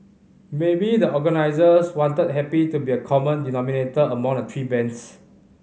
maybe the organisers wanted happy to be a common denominator among the three bands